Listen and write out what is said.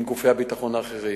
עם גופי הביטחון האחרים.